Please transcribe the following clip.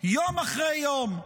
יום אחרי יום,